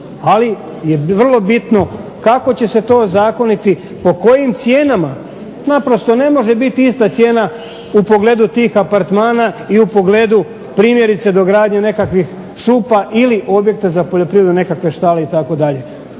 ali je vrlo bitno kako će se to ozakoniti, po kojim cijenama. Naprosto ne može biti ista cijena u pogledu tih apartmana i u pogledu primjerice dogradnje nekakvi šupa ili objekta za poljoprivredu nekakve štale itd.